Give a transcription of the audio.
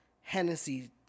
Hennessy